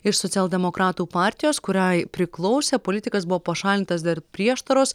iš socialdemokratų partijos kuriai priklausė politikas buvo pašalintas dėl prieštaros